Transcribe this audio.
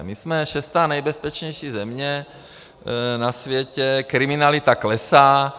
My jsme šestá nejbezpečnější země na světě, kriminalita klesá.